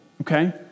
okay